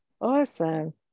Awesome